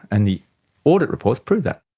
and the audit reports prove that.